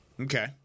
Okay